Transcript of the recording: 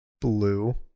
blue